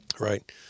Right